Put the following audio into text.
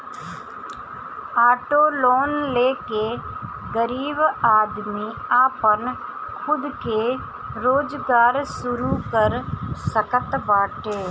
auto loan ले के गरीब आदमी आपन खुद के रोजगार शुरू कर सकत बाटे